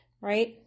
right